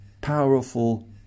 powerful